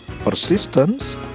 persistence